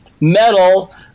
metal